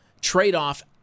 trade-off